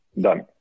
done